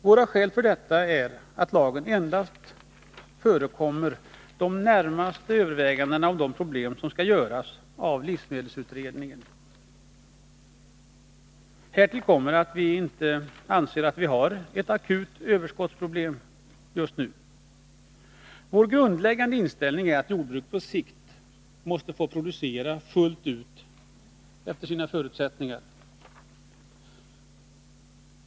Våra skäl för detta är att lagen endast förekommer de närmare överväganden om problemet som skall göras av livsmedelsutredningen. Härtill kommer att vi inte har ett akut överskottsproblem just nu. Vår grundläggande inställning är att jordbruket på sikt måste få producera fullt ut efter sina förutsättningar.